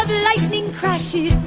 lightning crashes